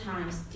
Times